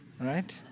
Right